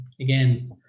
again